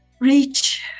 reach